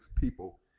people